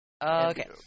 Okay